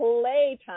playtime